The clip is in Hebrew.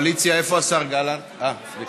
מה שראינו בשבוע שעבר היה משונה: דיברו